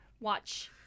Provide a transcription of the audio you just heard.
Watch